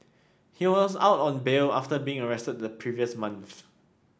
he was out on bail after being arrested the previous month